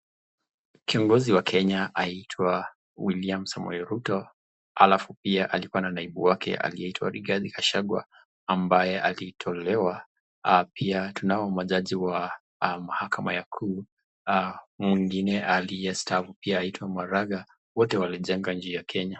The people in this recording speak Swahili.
Kiongozi wa Kenya aitwa William Samoei Ruto, alafu pia alikuwa na naibu wake aliyeitwa Rigathi Gachagua ambaye alitolewa, pia tunao majaji wa mahakama ya kuu, mwingine aliyestaafu aitwa maraga, wote walijenga nchi ya Kenya.